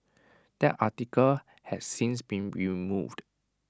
that article has since been removed